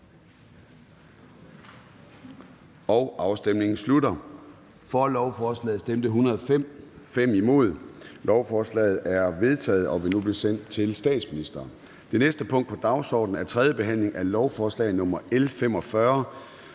stemte 4 (EL), hverken for eller imod stemte 0. Lovforslaget er vedtaget og vil nu blive sendt til statsministeren. --- Det næste punkt på dagsordenen er: 4) 3. behandling af lovforslag nr. L